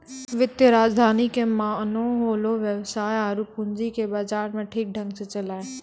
वित्तीय राजधानी के माने होलै वेवसाय आरु पूंजी के बाजार मे ठीक ढंग से चलैय